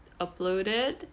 uploaded